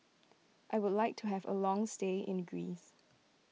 I would like to have a long stay in Greece